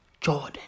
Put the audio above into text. Jordan